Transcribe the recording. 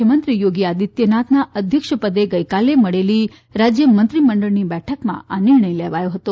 મુખ્યમંત્રી થોગી આદિત્યનાથના અધ્યક્ષ પદે ગઇકાલે મળેલી રાજયમંત્રી મંડળની બેઠકમાં આ નિર્ણય લેવામાં આવ્યો હતો